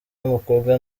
y’umukobwa